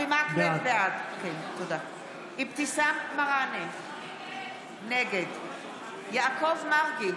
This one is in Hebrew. בעד אבתיסאם מראענה, נגד יעקב מרגי,